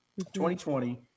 2020